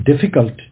difficult